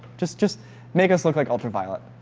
just just make us look like ultraviolet